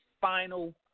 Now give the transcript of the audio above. final